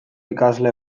ikasle